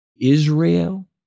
Israel